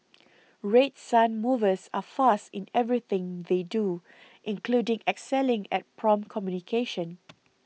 Red Sun Movers are fast in everything they do including excelling at prompt communication